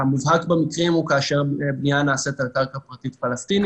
המובהק במקרים הוא כאשר הבנייה נעשית על קרקע פרטית פלסטינית.